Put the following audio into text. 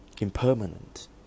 impermanent